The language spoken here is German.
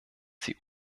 sie